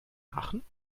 aachen